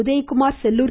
Udhayakumar Sellur